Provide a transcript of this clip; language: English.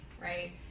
right